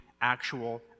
actual